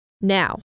Now